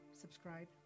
subscribe